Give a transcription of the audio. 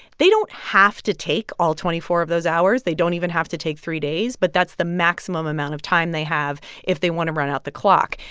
they don't have to take all twenty four of those hours. they don't even have to take three days, but that's the maximum amount of time they have if they want to run out the clock.